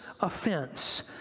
offense